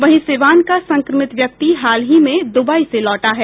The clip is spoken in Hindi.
वहीं सिवान का संक्रमित व्यक्ति हाल ही में दुबई से लौटा है